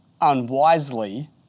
unwisely